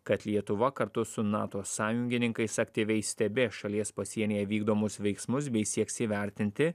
kad lietuva kartu su nato sąjungininkais aktyviai stebės šalies pasienyje vykdomus veiksmus bei sieks įvertinti